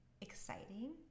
exciting